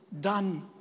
done